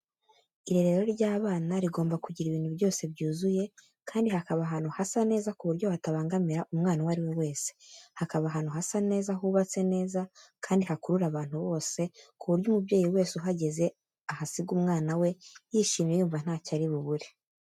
Irerero ry'abana rigomba kugira ibintu byose byuzuye, kandi hakaba ahantu hasa neza ku buryo hatabangamira umwana uwo ari we wese, hakaba ahantu hasa neza hubatse neza kandi hakurura abantu bose ku buryo umubyeyi wese uhageze ahasiga umwana we yishimye yumva ntacyo ari bubure.